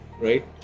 right